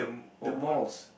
the malls